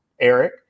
Eric